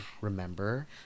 Remember